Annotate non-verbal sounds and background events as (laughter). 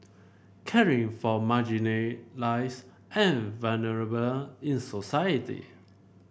caring for (unintelligible) and vulnerable in society